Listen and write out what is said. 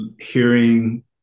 hearing